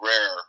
rare